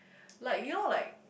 like you know like